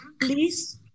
please